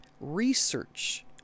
Research